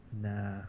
nah